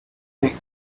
six